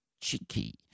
cheeky